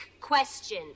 question